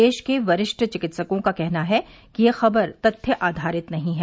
देश के वरिष्ठ चिकित्सकों का कहना है कि यह खबर तथ्य आधारित नहीं है